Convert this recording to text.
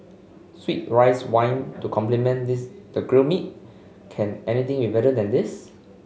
sweet rice wine to complement this the grilled meat can anything be better than this